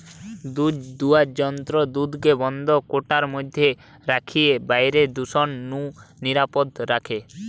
দুধদুয়ার যন্ত্র দুধকে বন্ধ কৌটার মধ্যে রখিকি বাইরের দূষণ নু নিরাপদ রখে